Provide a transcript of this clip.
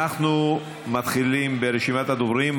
אנחנו מתחילים ברשימת הדוברים.